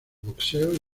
boxeo